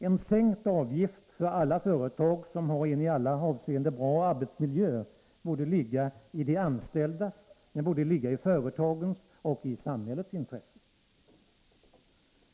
En sänkt avgift för alla företag som har en i alla avseenden bra arbetsmiljö borde ligga i de anställdas, företagens och samhällets intresse.